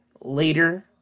Later